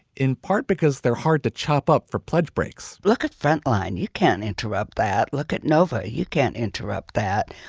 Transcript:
in part because they're hard to chop up for pledge breaks look at frontline. you can interrupt that. look at nova. you can't interrupt that.